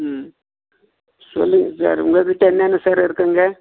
ம் சொல்லுங்கள் சார் உங்கக் கிட்டே என்னன்ன சார் இருக்குங்க